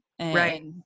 Right